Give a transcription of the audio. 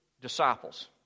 disciples